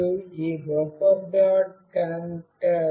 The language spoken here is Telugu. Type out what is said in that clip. మరియు ఈ buffer